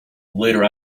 later